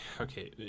okay